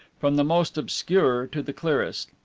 from the most obscure to the clearest.